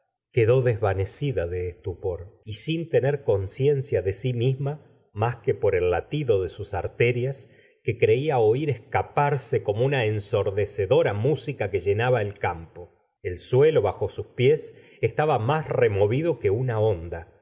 quedó desvanecida de estupor y sin tener conciencia de si misma más que por el latido de sus arterias que creia oir escaparse como una ensordecedora música que llenaba el campo el suelo bajo sus pies estaba más removido que una onda